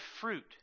fruit